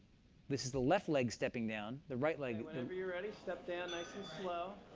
this is the left leg stepping down, the right leg whenever you're ready, step down nice and slow.